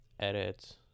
edit